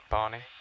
Barney